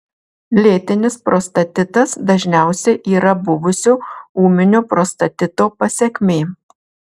lėtinis prostatitas dažniausiai yra buvusio ūminio prostatito pasekmė